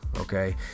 Okay